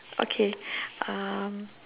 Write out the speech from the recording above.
okay uh